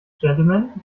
gentlemen